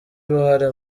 uruhare